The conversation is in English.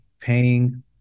paying